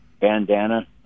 Bandana